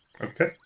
Okay